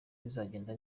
bizagenda